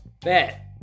bet